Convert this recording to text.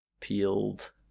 peeled